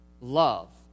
love